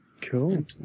Cool